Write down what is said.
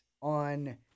on